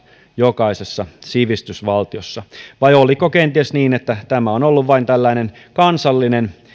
jokaisessa sivistysvaltiossa vai oliko kenties niin että tämä on ollut vain tällainen kansallinen